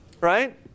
right